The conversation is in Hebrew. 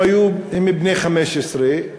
הם היו בני 15,